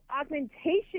augmentation